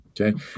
Okay